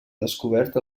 descobert